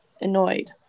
annoyed